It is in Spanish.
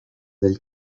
del